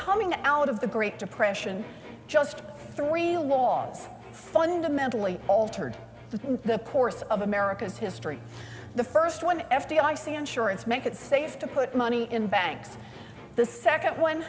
coming out of the great depression just three laws fundamentally altered the course of america's history the first one f d i c insurance make it safe to put money in banks the second one